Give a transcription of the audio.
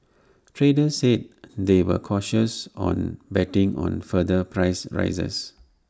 traders said they were cautious on betting on further price rises